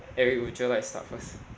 eric would you like to start first